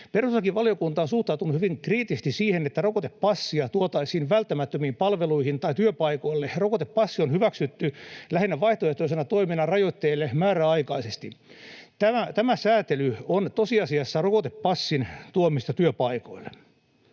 Perustuslakivaliokunta on suhtautunut hyvin kriittisesti siihen, että rokotepassia tuotaisiin välttämättömiin palveluihin tai työpaikoille. Rokotepassi on hyväksytty lähinnä vaihtoehtoisena toiminnan rajoitteille määräaikaisesti. Tämä säätely on tosiasiassa rokotepassin tuomista työpaikoille.